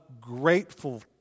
grateful